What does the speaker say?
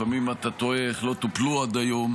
לפעמים אתה תוהה איך לא טופלו עד היום,